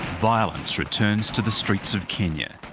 violence returns to the streets of kenya.